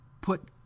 put